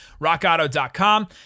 Rockauto.com